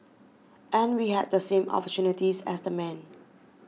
and we had the same opportunities as the men